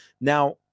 Now